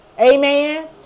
Amen